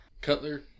Cutler